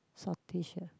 saltish ah